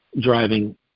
driving –